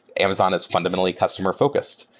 amazon is fundamentally customer-focused.